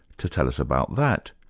to tell us about that,